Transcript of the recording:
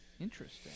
Interesting